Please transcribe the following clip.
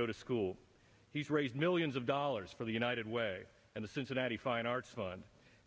go to school he's raised millions of dollars for the united way and the cincinnati fine arts fund